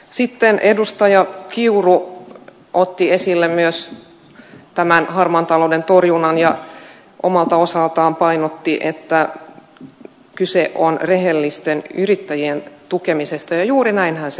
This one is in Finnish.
sitten myös edustaja kiuru otti esille tämän harmaan talouden torjunnan ja omalta osaltaan painotti että kyse on rehellisten yrittäjien tukemisesta ja juuri näinhän se onkin